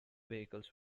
vehicles